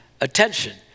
attention